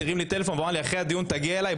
הרים לי טלפון ואמר לי: אחרי הדיון תגיע אליי,